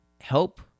help